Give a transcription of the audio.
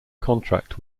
contract